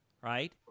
right